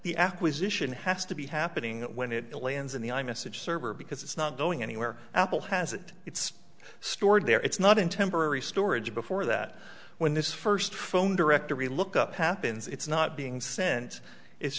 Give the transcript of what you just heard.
the acquisition has to be happening when it lands in the i message server because it's not going anywhere apple has it it's stored there it's not in temporary storage before that when this first phone directory look up happens it's not being sent it's